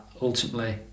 ultimately